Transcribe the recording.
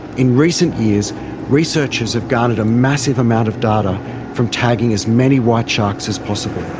in recent years researchers have garnered a massive amount of data from tagging as many white sharks as possible.